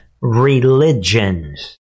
religions